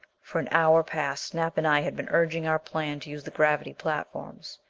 for an hour past snap and i had been urging our plan to use the gravity platforms.